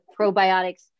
probiotics